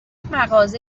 مغازه